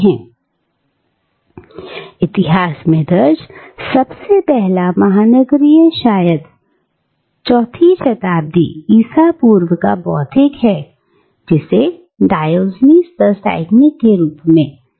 अब इतिहास में दर्ज सबसे पहला महानगरीय शायद 4 वी शताब्दी ईसा पूर्व का बौद्धिक है जिसे डायोजनीज द साइनिक के रूप में जाना जाता है